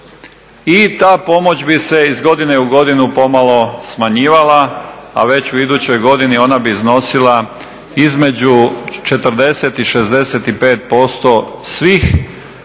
i ta pomoć bi se iz godine u godinu pomalo smanjivala, a već u idućoj godini ona bi iznosila između 40 i 65% svih